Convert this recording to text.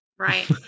Right